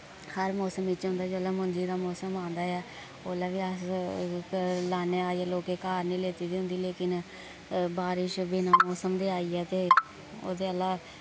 हर मौसम बिच होंदा जिल्लै मुंजी दा मौसम आंदा ऐ उसलै बी अस लान्ने आं अजें लोकैं घर लेते दी होंदी लेकिन बारिश बिना मौसम दे आई जा ते ओह्दे आह्ला